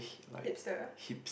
hipster